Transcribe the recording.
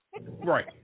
Right